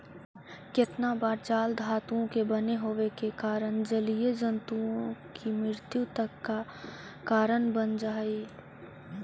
केतना बार जाल धातुओं का बने होवे के कारण जलीय जन्तुओं की मृत्यु तक का कारण बन जा हई